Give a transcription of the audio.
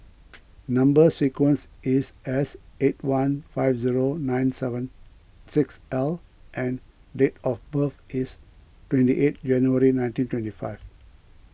Number Sequence is S eight one five zero nine seven six L and date of birth is twenty eight January nineteen twenty five